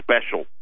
special